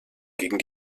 gegen